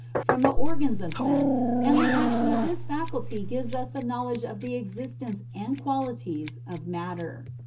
from the organs of sense, and the action of this faculty gives us a knowledge of the existence and qualities of matter.